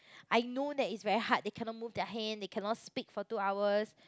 I know that is very hard they cannot move their hand they cannot speak for two hours